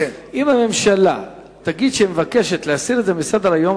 אם הממשלה תגיד שהיא מבקשת להסיר את זה מסדר-היום,